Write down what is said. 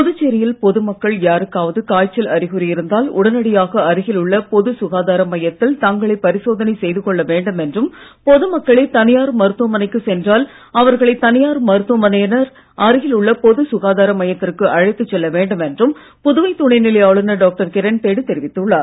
புதுச்சேரியில் பொதுமக்கள் யாருக்காவது காய்ச்சல் அறிகுறி இருந்தால் உடனடியாக அருகில் உள்ள பொது சுகாதார மையத்தில் தங்களை பரிசோதனை செய்து கொள்ள வேண்டும் என்றும் பொதுமக்களே தனியார் மருத்துவமனைக்கு சென்றால் அவர்களை தனியார் மருத்துவமனையினர் அருகில் உள்ள பொது சுகாதார மையத்திற்கு அழைத்து செல்ல வேண்டும் என்றும் புதுவை துணைநிலை ஆளுநர் டாக்டர் கிரண்பேடி தெரிவித்துள்ளார்